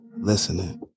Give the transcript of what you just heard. listening